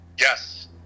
Yes